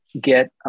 get